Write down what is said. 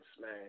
man